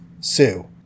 Sue